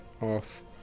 off